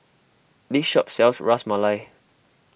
this shop sells Ras Malai